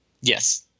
Yes